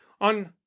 on